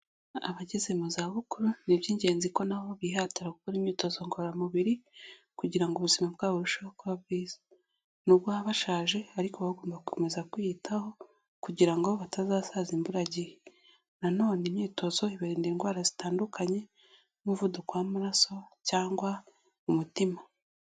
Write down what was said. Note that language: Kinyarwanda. Abageze mu zabukuru ni iby'ingenzi ko na bo bihatira gukora imyitozo ngororamubiri, kugira ngo ubuzima bwabo burusheho kuba bwiza. N'ubwo baba bashaje ariko baba bagomba gukomeza kwiyitaho kugira ngo batazasaza imburagihe. Na none imyitozo ibarinda indwara zitandukanye nk'umuvuduko w'amaraso cyangwa umutima.